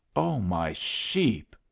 oh, my sheep!